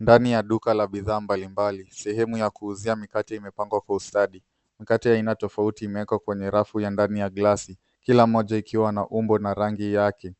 Ndani ya duka la bidhaa mbalimbali. Sehemu ya kuuzia mikate imepangwa kwa ustadi. Mikate aina tofauti imeekwa kwenye rafu ya ndani ya glasi, kila moja ikiwa na umbo na rangi yake.